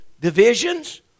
divisions